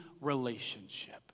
relationship